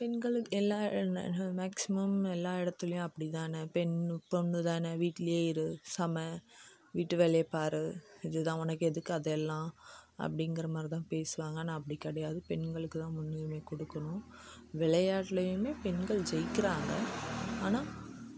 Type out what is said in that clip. பெண்கள் எல்லா மேக்ஸிமம் எல்லா இடத்துலயும் அப்டித்தானே பெண் பொண்ணு தானே வீட்டுலேயே இரு சமை வீட்டு வேலையை பார் இதுதான் உனக்கு எதுக்கு அது எல்லாம் அப்படிங்கிற மாதிரிதான் பேசுவாங்க ஆனால் அப்படி கிடையாது பெண்களுக்கு தான் முன்னுரிமை கொடுக்கணும் விளையாட்டுலேயுமே பெண்கள் ஜெயிக்கிறாங்க ஆனால்